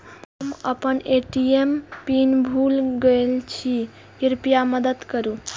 हम आपन ATM PIN भूल गईल छी, कृपया मदद करू